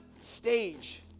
stage